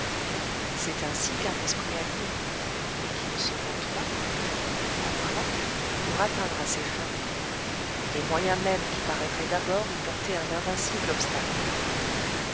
c'est ainsi qu'un esprit habile et qui ne se vante pas emploie pour atteindre à ses fins les moyens mêmes qui paraîtraient d'abord y porter un invincible obstacle